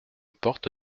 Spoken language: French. porte